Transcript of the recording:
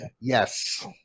Yes